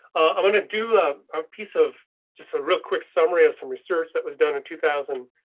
i wanna do a piece of just a real quick summary of some research that was done in two thousand.